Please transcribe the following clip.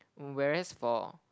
whereas for